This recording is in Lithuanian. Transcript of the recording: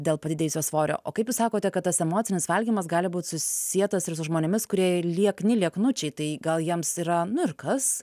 dėl padidėjusio svorio o kaip jūs sakote kad tas emocinis valgymas gali būt susietas ir su žmonėmis kurie liekni lieknučiai tai gal jiems yra nu ir kas